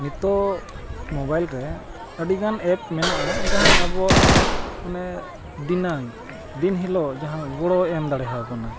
ᱱᱤᱛᱳᱜ ᱢᱚᱵᱟᱭᱤᱞ ᱨᱮ ᱟᱹᱰᱤᱜᱟᱱ ᱮᱯ ᱢᱮᱱᱟᱜᱼᱟ ᱡᱟᱦᱟᱸ ᱟᱵᱚᱣᱟᱜ ᱢᱟᱱᱮ ᱫᱤᱱᱟᱹᱢ ᱫᱤᱱ ᱦᱤᱞᱳᱜ ᱡᱟᱦᱟᱸ ᱜᱚᱲᱚᱭ ᱮᱢ ᱫᱟᱲᱮᱭᱟᱵᱚᱱᱟ